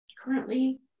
currently